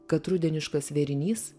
kad rudeniškas vėrinys